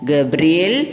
Gabriel